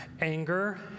anger